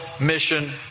mission